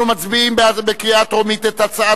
אנחנו מצביעים בקריאה טרומית על הצעת